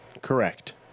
Correct